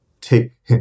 Take